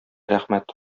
рәхмәт